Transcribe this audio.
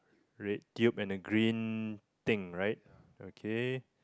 red guild and the green thing right okay